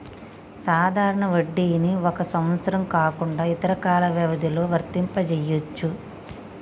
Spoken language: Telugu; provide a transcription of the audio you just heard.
సాధారణ వడ్డీని ఒక సంవత్సరం కాకుండా ఇతర కాల వ్యవధిలో వర్తింపజెయ్యొచ్చు